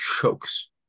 chokes